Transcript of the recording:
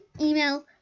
email